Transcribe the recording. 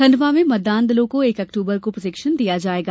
खण्डवा में मतदान दलों को एक अक्टूबर को प्रशिक्षण दिया जायेगा